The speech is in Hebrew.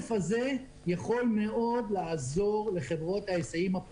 העודף הזה יכול מאוד לעזור לחברות ההיסעים הפרטיות.